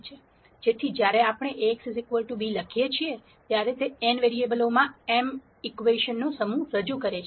તેથી જ્યારે આપણે Ax b લખીએ છીએ ત્યારે તે n વેરીએબલોમાં m ઇક્વેશન નો સમૂહ રજૂ કરે છે